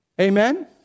Amen